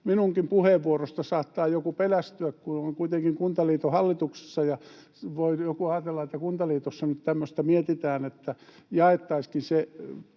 minunkin puheenvuorostani saattaa joku pelästyä, kun olen kuitenkin Kuntaliiton hallituksessa, ja joku voi ajatella, että Kuntaliitossa nyt mietitään tämmöistä, että jaettaisiinkin se